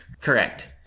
Correct